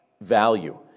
value